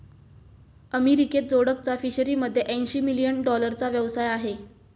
अमेरिकेत जोडकचा फिशरीमध्ये ऐंशी मिलियन डॉलरचा व्यवसाय आहे